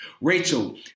Rachel